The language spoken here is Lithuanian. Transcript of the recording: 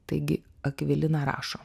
taigi akvilina rašo